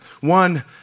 one